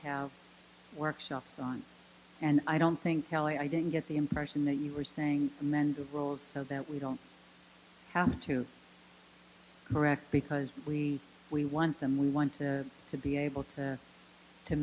have workshops on and i don't think kelly i didn't get the impression that you were saying men's of rules so that we don't have to correct because we we want them we want to to be able to